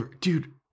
Dude